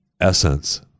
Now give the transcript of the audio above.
Essence